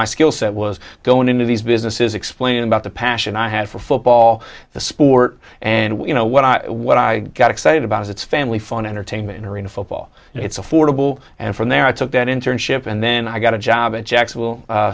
my skill set was going into these businesses explained about the passion i had for football the sport and you know what i what i get excited about is it's family fun entertainment arena football it's affordable and from there i took that internship and then i got a job at jacksonville